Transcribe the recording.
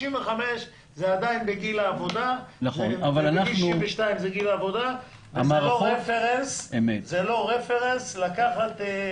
65 או 62 זה עדיין גיל העבודה וזה לא רפרנס לבעיות.